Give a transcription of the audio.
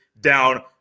down